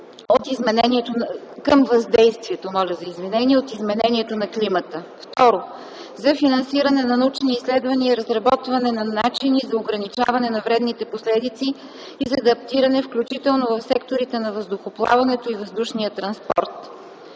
към въздействието от изменението на климата; 2. за финансиране на научни изследвания и разработване на начини за ограничаване на вредните последици и за адаптиране, включително в секторите на въздухоплаването и въздушния транспорт;